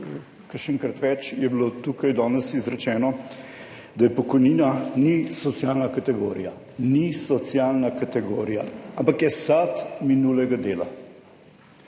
kakšenkrat več je bilo tukaj danes izrečeno, da pokojnina ni socialna kategorija. ni socialna kategorija, ampak je sad minulega dela.